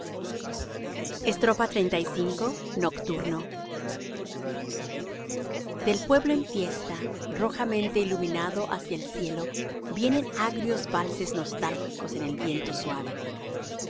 una golondrina xxxv nocturno del pueblo en fiesta rojamente iluminado hacia el cielo vienen agrios valses nostálgicos en el viento suave la